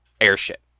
Airship